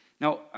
Now